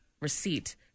receipt